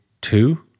two